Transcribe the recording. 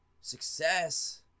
success